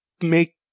make